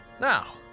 Now